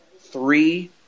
three